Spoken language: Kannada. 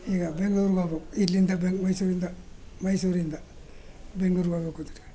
ಈಗ ಬೆಂಗ್ಳೂರ್ಗೆ ಹೋಗ್ಬೇಕು ಇಲ್ಲಿಂದ ಬೆಂಗ್ ಮೈಸೂರಿಂದ ಮೈಸೂರಿಂದ ಬೆಂಗ್ಳೂರ್ಗೆ ಹೋಗ್ಬೆಕು ಅಂದರೆ